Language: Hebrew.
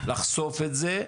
לחשוף את זה,